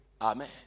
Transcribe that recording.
Amen